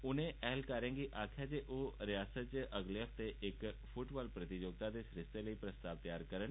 उनें ऐह्लकारें गी आखेआ जे ओह् रिआसत च अगले हफ्ते इक फुटबाल प्रतियोगिता दे आयोजन लेई प्रस्ताव तैयार करन